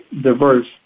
diverse